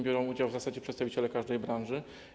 Biorą w nim udział w zasadzie przedstawiciele każdej branży.